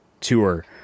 tour